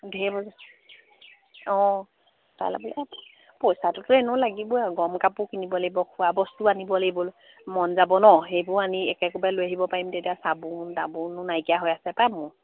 ধেৰ বজাৰ অঁ পইচাটোতো এনেও লাগিব আৰু গৰম কাপোৰ কিনিব লাগিব খোৱা বস্তু আনিব লাগিব মন যাব ন সেইবোৰ আনি একে কোবে লৈ আহিব পাৰিম তে এতিয়া চাবোন তাবোনো নাইকিয়া হৈ আছে পায় মোৰ